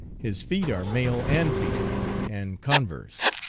his feet are male and female, and con verse.